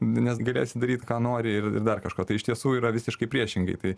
nes galėsi daryt ką nori ir dar kažko tai iš tiesų yra visiškai priešingai tai